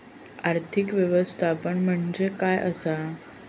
आर्थिक व्यवस्थापन म्हणजे काय असा?